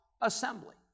assembly